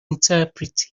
interpret